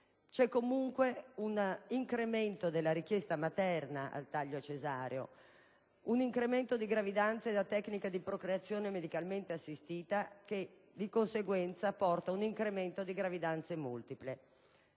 C'è comunque un incremento della richiesta materna di taglio cesareo, nonché un incremento di gravidanze da tecniche di procreazione medicalmente assistita che, di conseguenza, porta un incremento di gravidanze multiple.